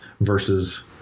versus